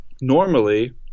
normally